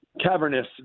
cavernous